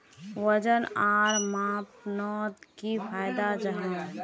वजन आर मापनोत की फायदा जाहा?